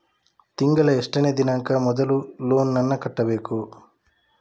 ತಿಂಗಳ ಎಷ್ಟನೇ ದಿನಾಂಕ ಮೊದಲು ಲೋನ್ ನನ್ನ ಕಟ್ಟಬೇಕು?